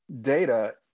data